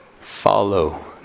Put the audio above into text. follow